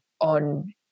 on